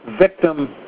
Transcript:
victim